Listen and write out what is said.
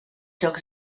jocs